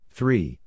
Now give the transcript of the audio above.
Three